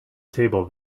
table